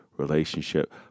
relationship